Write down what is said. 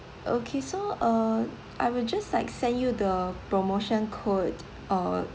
okay so uh I will just like send you the promotion code uh